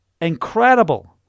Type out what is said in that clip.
incredible